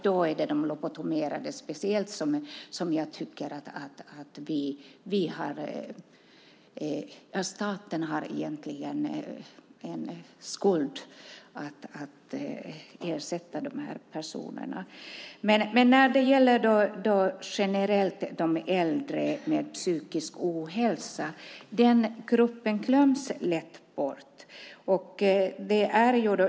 Då är det de lobotomerade speciellt som jag tycker att staten har en skuld att ersätta. När det gäller generellt de äldre med psykisk ohälsa glöms den gruppen lätt bort.